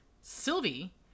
Sylvie